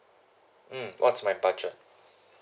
mm what's my budget